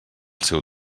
seu